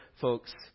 folks